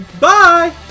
Bye